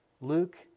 Luke